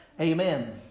Amen